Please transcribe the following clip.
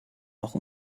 noch